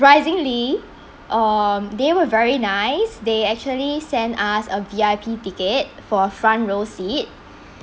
um they were very nice they actually sent us a V_I_P ticket for front row seat